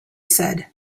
said